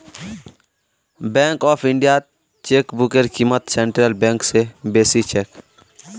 bank of इंडियात चेकबुकेर क़ीमत सेंट्रल बैंक स बेसी छेक